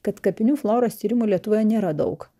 kad kapinių floros tyrimų lietuvoje nėra daug